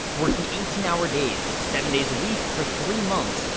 working eighteen hour days, seven days a week, for three months,